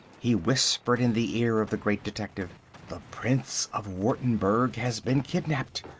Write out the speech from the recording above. he whispered in the ear of the great detective the prince of wurttemberg has been kidnapped.